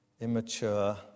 immature